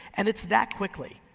and it's that quickly,